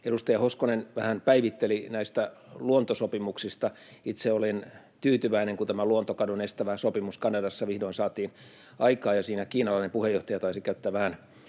Edustaja Hoskonen vähän päivitteli näitä luontosopimuksia. Itse olin tyytyväinen, kun tämä luontokadon estävä sopimus Kanadassa vihdoin saatiin aikaan, ja siinä kiinalainen puheenjohtaja taisi käyttää vähän